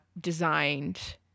designed